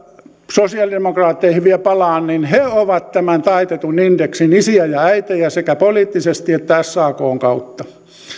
sosiaalidemokraatteihin vielä palaan he ovat tämän taitetun indeksin isiä ja äitejä sekä poliittisesti että sakn kautta